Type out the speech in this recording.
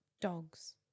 dogs